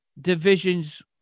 divisions